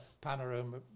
panorama